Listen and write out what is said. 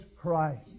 Christ